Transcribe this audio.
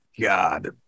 god